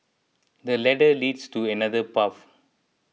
the ladder leads to another path